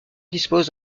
dispose